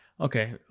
okay